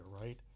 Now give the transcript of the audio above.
right